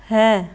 ਹੈ